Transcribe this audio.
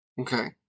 Okay